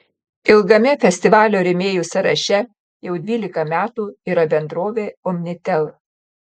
ilgame festivalio rėmėjų sąraše jau dvylika metų yra bendrovė omnitel